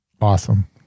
awesome